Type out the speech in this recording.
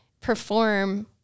perform